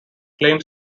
claimed